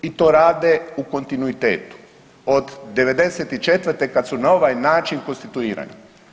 I to rade u kontinuitetu od '94. kad su na ovaj način konstituirane.